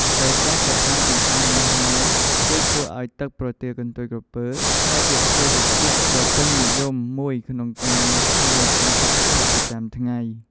ដោយសារកត្តាទាំងអស់នេះហើយ ទើបធ្វើឲ្យទឹកប្រទាលកន្ទុយក្រពើក្លាយជាភេសជ្ជៈដ៏ពេញនិយមមួយក្នុងការថែរក្សាសុខភាពប្រចាំថ្ងៃ។